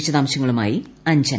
വിശദാംശങ്ങളുമായി അഞ്ജന